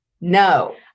No